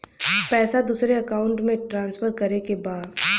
पैसा दूसरे अकाउंट में ट्रांसफर करें के बा?